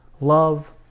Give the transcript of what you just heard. love